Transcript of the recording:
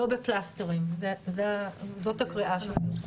לא בפלסטרים זו הקריאה שלנו.